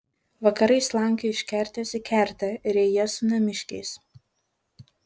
vakarais slankioji iš kertės į kertę riejies su namiškiais